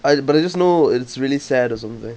I but I just know it's really sad or something